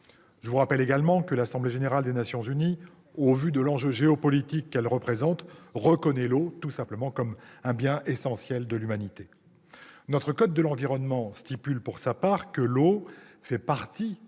Je rappelle également que l'Assemblée générale des Nations unies, au vu de l'enjeu géopolitique qu'elle représente, reconnaît l'eau comme un bien essentiel de l'humanité. Notre code de l'environnement dispose pour sa part que « l'eau fait partie